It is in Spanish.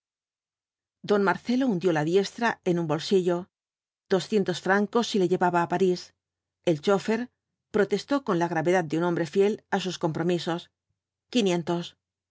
don marcelo hundió la diestra en un bolsillo doscientos francos si le llevaba á parís el chófer protestó con la gravedad de un hombre fiel á sus compromisos quinientos